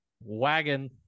Wagon